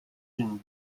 unis